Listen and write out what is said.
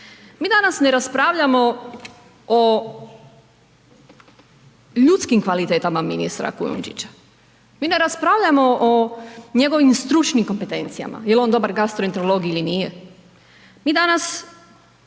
Mi danas ne raspravljamo o ljudskim kvalitetama ministra Kujundžića, mi ne raspravljamo o njegovim stručnim kompetencijama jel on dobar gastroenterolog ili nije. Mi danas